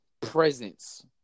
presence